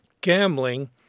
gambling